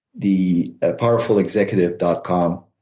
the powerfulexecutive dot com.